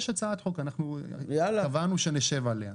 יש הצעת חוק, אנחנו קבענו שנשב עליה.